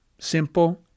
simple